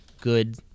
Good